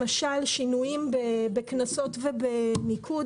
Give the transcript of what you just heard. למשל, שינויים בקנסות ובניקוד.